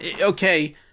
okay